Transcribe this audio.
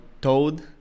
toad